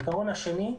העיקרון השני,